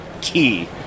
key